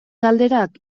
galderak